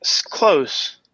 Close